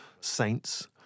saints